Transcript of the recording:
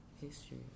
history